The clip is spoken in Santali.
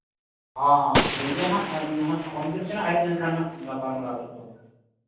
ᱦᱚᱸ ᱦᱚᱸ ᱴᱷᱤᱠ ᱜᱮᱭᱟ ᱦᱟᱸᱜ ᱯᱷᱳᱱ ᱵᱤᱱ ᱥᱮ ᱦᱟᱸᱜ ᱦᱮᱡ ᱞᱮᱱᱠᱷᱟᱱ ᱦᱟᱸᱜ ᱜᱟᱯᱟᱞᱢᱟᱨᱟᱣ ᱦᱩᱭᱩᱜᱼᱟ ᱛᱚᱵᱮ